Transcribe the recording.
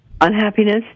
Unhappiness